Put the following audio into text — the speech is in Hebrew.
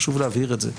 חשוב להבהיר את זה.